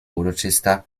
uroczysta